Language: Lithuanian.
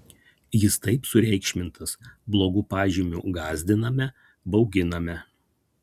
jis taip sureikšmintas blogu pažymiu gąsdiname bauginame